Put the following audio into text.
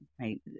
right